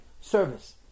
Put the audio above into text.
service